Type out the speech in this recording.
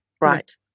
Right